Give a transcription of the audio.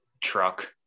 truck